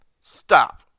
stop